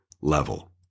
level